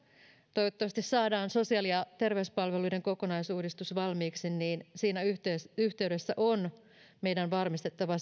toivottavasti saadaan sosiaali ja terveyspalveluiden kokonaisuudistus valmiiksi niin siinä yhteydessä on meidän varmistettava